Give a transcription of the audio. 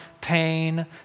pain